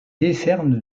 décerne